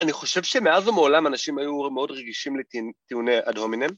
‫אני חושב שמאז ומעולם ‫אנשים היו מאוד רגישים לטיעוני הדומינם.